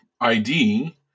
ID